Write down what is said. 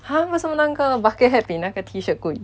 !huh! 为什么那个 bucket hat 比那个 t-shirt 贵